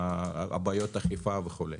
בעיות האכיפה וכו'.